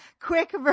quick